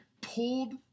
pulled